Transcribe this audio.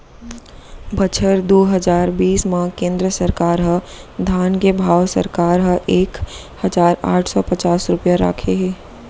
बछर दू हजार बीस म केंद्र सरकार ह धान के भाव सरकार ह एक हजार आठ सव पचास रूपिया राखे हे